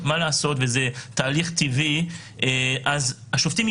אומנם כבר עבר יותר מעשור מאז שחוקק החוק,